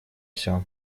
все